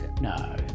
No